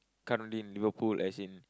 currently in Liverpool as in